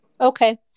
Okay